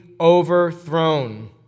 overthrown